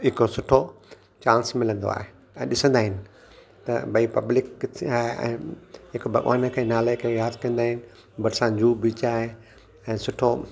हिक सुठो चांस मिलंदो आहे ऐं ॾिसंदा आहिनि त भई पब्लिक किथे आहे ऐं हिकु भॻवान खे नाले खे यादि कंदा आहिनि भरिसां जूहु बीच आहे ऐं सुठो